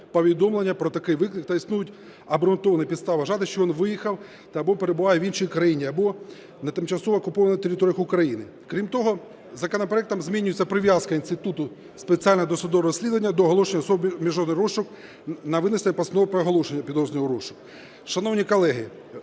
повідомлення про такий виклик, та існують обґрунтовані підстави вважати, що він виїхав та/або перебуває в іншій країні або на тимчасово окупованій території України. Крім того, законопроектом змінюється прив'язка інституту спеціального досудового розслідування до оголошення особи в міжнародний розшук на винесення постанови про оголошення підозрюваного у розшук.